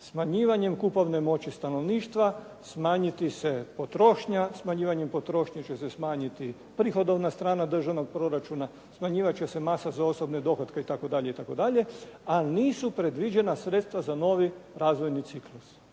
smanjivanjem kupovne moći stanovništva smanjiti se potrošnja, smanjivanjem potrošnje će se smanjiti prihodovna strana državnog proračuna, smanjivat će se masa za osobne dohotke itd., itd., a nisu predviđena sredstva za novi razvojni ciklus.